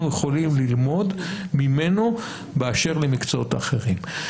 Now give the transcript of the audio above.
יכולים ללמוד ממנו באשר למקצועות האחרים.